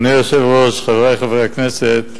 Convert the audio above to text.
אדוני היושב-ראש, חברי חברי הכנסת,